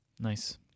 Nice